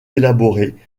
élaborés